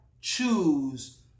choose